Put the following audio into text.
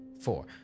four